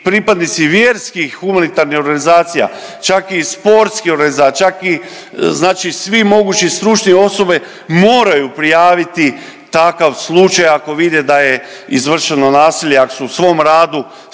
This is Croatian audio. pripadnici vjerskih humanitarnih organizacija, čak i sportskih organizacija, čak i znači svi mogući stručni osobe, moraju prijaviti takav slučaj ako vide da je izvršeno nasilje ako su u svom radu